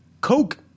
Coke